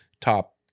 top